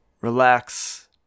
relax